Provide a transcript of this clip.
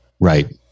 Right